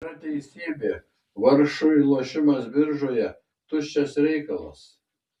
tikra teisybė vargšui lošimas biržoje tuščias reikalas